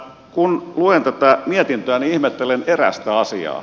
kun luen tätä mietintöä niin ihmettelen erästä asiaa